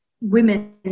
women